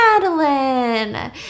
Madeline